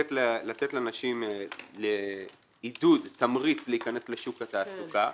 לתת לנשים עידוד, תמריץ להיכנס לשוק התעסוקה,